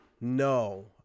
No